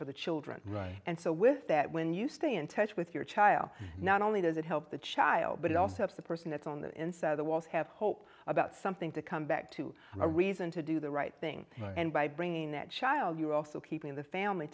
for the children right and so with that when you stay in touch with your child not only does it help the child but also for the person that's on the inside of the walls have hope about something to come back to a reason to do the right thing and by bringing that child you're also keeping the family